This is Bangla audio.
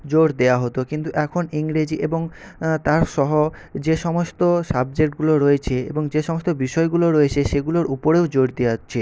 জোর দেওয়া হত কিন্তু এখন ইংরেজি এবং তা সহ যে সমস্ত সাবজেক্টগুলো রয়েছে এবং যে সমস্ত বিষয়গুলো রয়েছে সেগুলোর উপরেও জোর দেয়া হচ্ছে